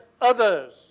others